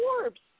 orbs